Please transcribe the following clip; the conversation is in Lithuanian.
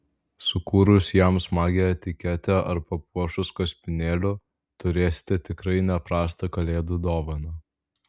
sukūrus jam smagią etiketę ar papuošus kaspinėliu turėsite tikrai ne prastą kalėdų dovaną